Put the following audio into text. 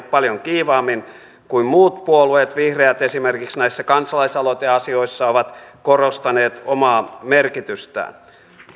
paljon kiivaammin kuin muut puolueet vihreät esimerkiksi näissä kansalaisaloiteasioissa ovat korostaneet omaa merkitystään